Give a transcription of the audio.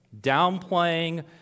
downplaying